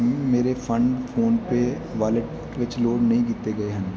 ਮੇਰੇ fund PhonePe wallet ਵਿੱਚ load ਨਹੀਂ ਕੀਤੇ ਗਏ ਹਨ